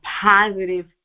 positive